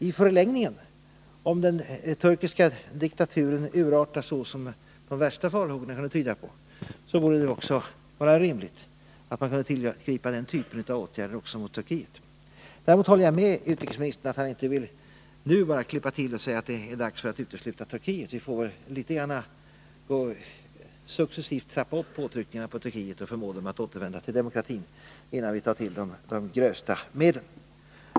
I förlängningen, om den turkiska diktaturen urartar så som de värsta farhågorna kan tyda på, borde det vara rimligt att tillgripa den typen av åtgärder också mot Turkiet. Däremot håller jag med utrikesministern när han inte nu vill klippa till och säga att det är dags att utesluta Turkiet. Vi får vällitet grand successivt trappa upp påtryckningarna på Turkiet för att förmå regimen att återvända till demokratin, innan vi tar till de grövsta medlen.